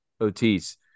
Otis